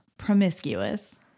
promiscuous